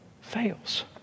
fails